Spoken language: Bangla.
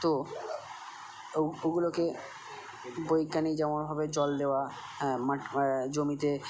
তো ওগুলোকে বৈজ্ঞানিক যেমনভাবে জল দেওয়া মা জমিতে